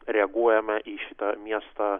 reaguojame į šitą miestą